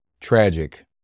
tragic